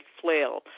flail